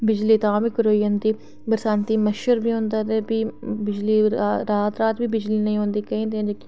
ते बिजली तां बी कटोई जंदी ते राती मच्छर बी होंदा ते रात रात बी बिजली नेईं औंदी केईं बारी